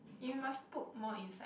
you must put more inside